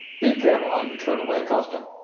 be careful how you turn away custom.